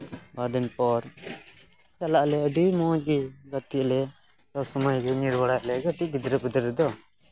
ᱵᱟᱨ ᱫᱤᱱ ᱯᱚᱨ ᱪᱟᱞᱟᱜ ᱟᱞᱮ ᱟᱹᱰᱤ ᱢᱚᱸᱡ ᱜᱮ ᱜᱟᱛᱮᱜ ᱟᱞᱮ ᱥᱚᱵ ᱥᱚᱢᱚᱭ ᱜᱮ ᱨᱚᱲ ᱟᱞᱮ ᱠᱟᱹᱴᱤᱪ ᱜᱤᱫᱽᱨᱟᱹᱼᱯᱤᱫᱽᱨᱟᱹ ᱨᱮᱛᱚ